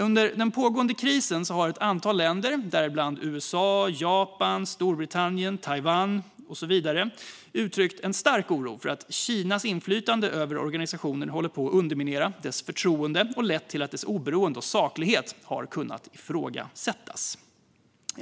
Under den pågående krisen har ett antal länder, däribland USA, Japan, Storbritannien, Taiwan med flera, uttryckt en stark oro för att Kinas inflytande över organisationen håller på att underminera dess förtroende och lett till att dess oberoende och saklighet har kunnat ifrågasättas.